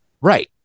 right